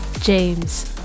James